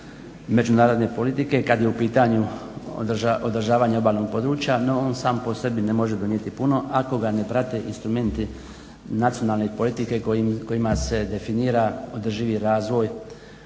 međunarodne politike kad je u pitanju održavanje obalnog područja no on sam po sebi ne može donijeti puno ako ga ne prate instrumenti nacionalne politike kojima se definira održivi razvoj